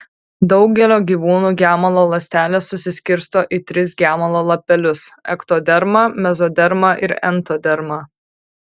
daugelio gyvūnų gemalo ląstelės susiskirsto į tris gemalo lapelius ektodermą mezodermą ir entodermą